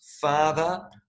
father